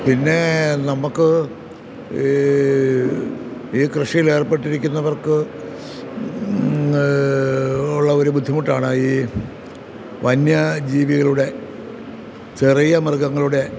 പിന്നെ നമുക്ക് ഈ കൃഷിയിലേർപ്പെട്ടിരിക്കുന്നവർക്ക് ഉള്ള ഒരു ബുദ്ധിമുട്ടാണ് ഈ വന്യജീവികളുടെ ചെറിയ മൃഗങ്ങളുടെ